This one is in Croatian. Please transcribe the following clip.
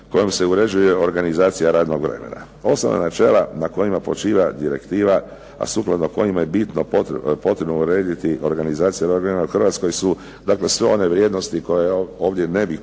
kojom se uređuje organizacija radnog vremena. Osnovna načela na kojima počiva direktiva, a sukladno kojima je bino i potrebno urediti organizacija ... dakle sve one vrijednosti koje ovdje ne bih